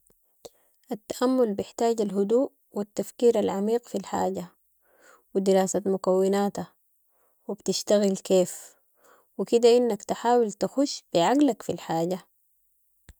التامل بحتاج الهدوء و التفكير العميق في الحاجة و دراسة مكوناتها و بتشتغل كيف و كده انك تحاول تخش بي عقلك في الحاجة.